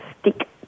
stick